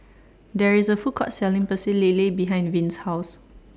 There IS A Food Court Selling Pecel Lele behind Vince's House